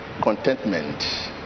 contentment